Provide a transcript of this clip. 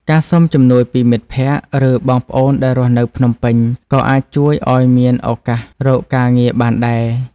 ការសុំជំនួយពីមិត្តភក្តិ ឬបងប្អូនដែលរស់នៅភ្នំពេញ ក៏អាចជួយឲ្យមានឱកាសរកការងារបានដែរ។